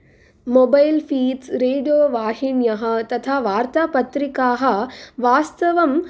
mobile feeds radio वाहिन्यः तथा वार्तापत्रिकाः वास्तवं